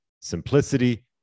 simplicity